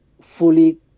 fully